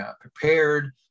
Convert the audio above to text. prepared